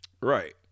right